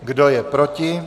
Kdo je proti?